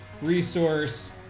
resource